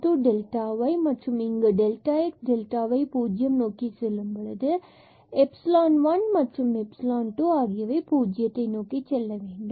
delta y மற்றும் இங்கு delta x delta y பூஜ்ஜியம் நோக்கி செல்லும் போது எப்சிலான் 1 மற்றும் எப்சிலான் 2 ஆகியவை 0 நோக்கி செல்ல வேண்டும்